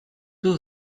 two